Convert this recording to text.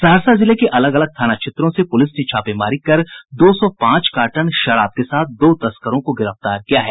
सहरसा जिले के अलग अलग थाना क्षेत्रों से पुलिस ने छापेमारी कर दो सौ पांच कार्टन शराब के साथ दो तस्करों को गिरफ्तार किया है